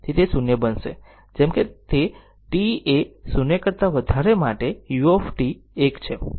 તેથી તે 0 બનશે જેમ કે t એ 0 કરતા વધારે માટે u 1 છે તે આ બનશે